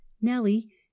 Nellie